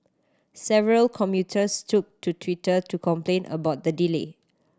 several commuters took to Twitter to complain about the delay